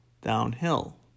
Downhill